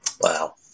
Wow